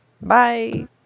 Bye